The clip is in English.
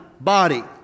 body